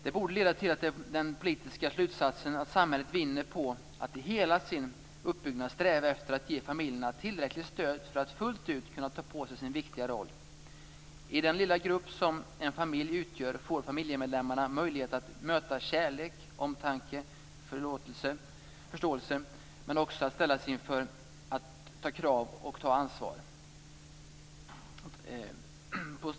Det borde leda till den politiska slutsatsen att samhället vinner på att i hela sin uppbyggnad sträva efter att ge familjerna tillräckligt stöd för att fullt ut kunna ta på sig sin viktiga roll. I den lilla grupp som en familj utgör får familjemedlemmarna möjlighet att möta kärlek, omtanke och förståelse, men också att ställas inför krav och ta ansvar.